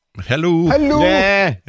Hello